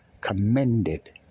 commended